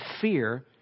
fear